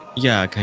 yeah, kind